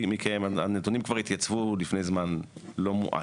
מכם, הנתונים כבר התייצבו לפני זמן לא מועט.